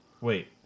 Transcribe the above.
Wait